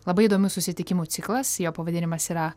labai įdomių susitikimų ciklas jo pavadinimas yra